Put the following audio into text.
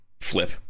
flip